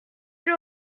ils